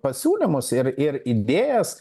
pasiūlymus ir ir idėjas